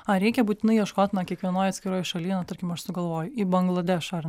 ar reikia būtinai ieškot na kiekvienoj atskiroj šaly na tarkim aš sugalvoju į bangladešą ar ne